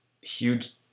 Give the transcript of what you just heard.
huge